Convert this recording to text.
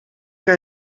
que